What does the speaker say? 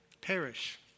Perish